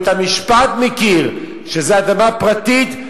בית-המשפט מכיר שזו אדמה פרטית,